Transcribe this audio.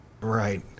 Right